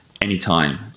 Anytime